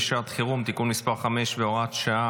בשעת חירום (תיקון מס' 5 והוראת שעה,